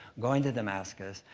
going to damascus,